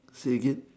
say again